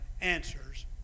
answers